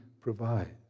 provides